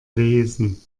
lesen